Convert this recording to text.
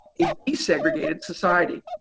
a desegregated society.